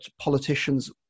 politicians